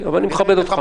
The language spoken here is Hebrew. אני איתכם